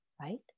right